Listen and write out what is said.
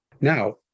Now